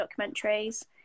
documentaries